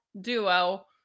duo